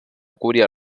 curia